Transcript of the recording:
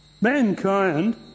Mankind